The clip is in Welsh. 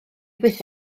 byth